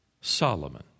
Solomon